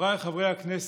חבריי חברי הכנסת,